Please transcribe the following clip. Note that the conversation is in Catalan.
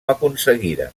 aconseguiren